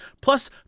Plus